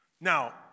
Now